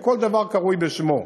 וכל דבר קרוי בשמו.